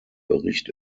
bericht